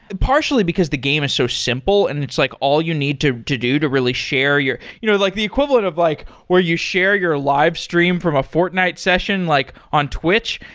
partially because the game is so simple and it's like all you need to to do to really share you know like the equivalent of like where you share your live stream from a fortnite session like on twitch.